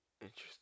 Interesting